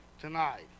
tonight